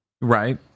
right